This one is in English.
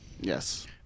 Yes